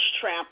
trap